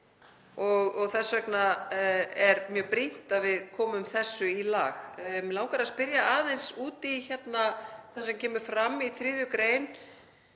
Þess vegna er mjög brýnt að við komum þessu í lag. Mig langar að spyrja aðeins út í það sem kemur fram í 3. gr.